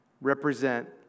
represent